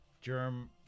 germ